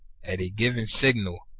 at a given signal,